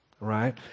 Right